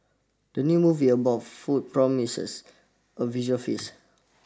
the new movie about food promises a visual feast